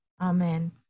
amen